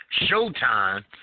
Showtime